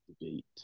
debate